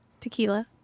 tequila